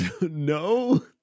No